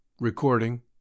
Recording